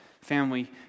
family